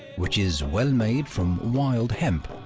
which is well made from wild hemp,